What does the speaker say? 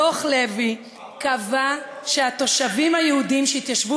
דוח לוי קבע שהתושבים היהודים שהתיישבו